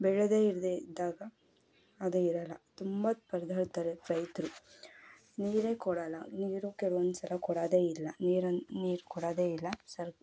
ಬೆಳೆಯದೇ ಇರದೇ ಇದ್ದಾಗ ಅದು ಇರಲ್ಲ ತುಂಬ ಪರದಾಡ್ತಾರೆ ರೈತರು ನೀರೇ ಕೊಡೋಲ್ಲ ನೀರು ಕೆಲವೊಂದುಸಲ ಕೊಡೋದೇ ಇಲ್ಲ ನೀರನ್ನು ನೀರು ಕೊಡೋದೇ ಇಲ್ಲ ಸ್ವಲ್ಪ